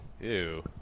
Ew